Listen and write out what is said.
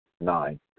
Nine